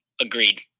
Agreed